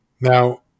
Now